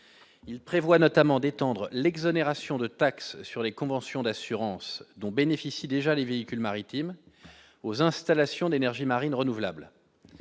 il prévoit notamment d'étendre l'exonération de taxe sur les conventions d'assurance dont bénéficient déjà les véhicules maritime aux installations d'énergies marines renouvelables,